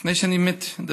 לפני שאני אדבר,